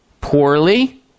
Poorly